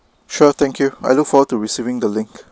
sure thank you I look forward to receiving the link